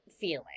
feeling